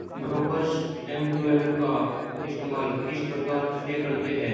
Brokers M to M का इस्तेमाल किस प्रकार से करते हैं?